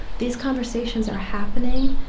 these conversations are happening,